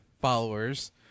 followers